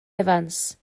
evans